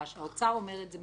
האוצר אומר את זה מבחינתו.